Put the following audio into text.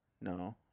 No